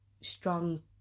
Strong